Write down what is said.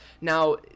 now